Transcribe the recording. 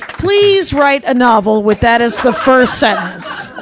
please write a novel with that as the first sentence!